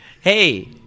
Hey